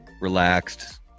relaxed